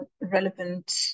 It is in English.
relevant